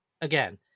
again